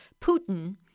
Putin